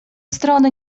strony